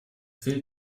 fehlt